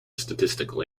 statistical